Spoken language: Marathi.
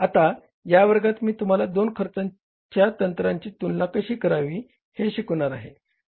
आता या वर्गात मी तुम्हाला दोन खर्चाच्या तंत्रांची तुलना कशी करावी हे शिकवणार आहे